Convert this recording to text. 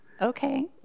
Okay